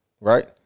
Right